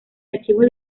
archivos